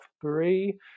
three